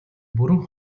бүрэн